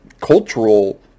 cultural